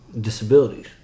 disabilities